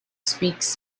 speaks